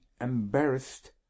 embarrassed